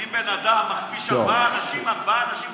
אם בן אדם מכפיש ארבעה אנשים,